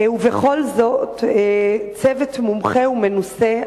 "וכל זאת צוות מומחה ומנוסה,